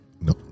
No